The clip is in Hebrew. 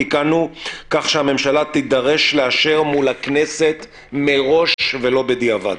תיקנו כך שהממשלה תידרש לאשר מול הכנסת מראש ולא בדיעבד.